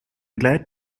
glad